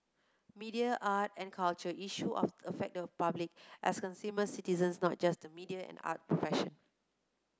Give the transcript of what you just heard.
media art and culture issue affect the public as consumers and citizens not just the media and arts profession